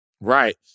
Right